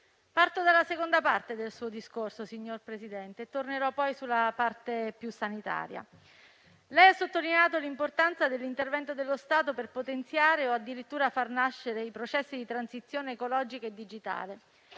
parto dalla seconda parte del suo discorso e tornerò poi sulla parte incentrata sull'aspetto sanitario. Lei ha sottolineato l'importanza dell'intervento dello Stato per potenziare o addirittura far nascere i processi di transizione ecologica e digitale,